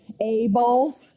able